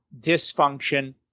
dysfunction